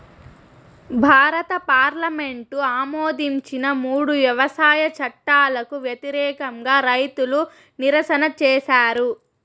భారత పార్లమెంటు ఆమోదించిన మూడు వ్యవసాయ చట్టాలకు వ్యతిరేకంగా రైతులు నిరసన చేసారు